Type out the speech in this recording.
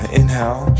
inhale